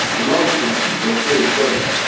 the mountains keep their still strength,